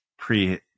pre